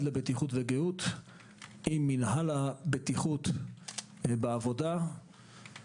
לבטיחות וגהות עם מינהל הבטיחות בעבודה.